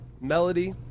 melody